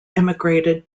emigrated